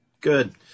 Good